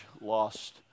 Lost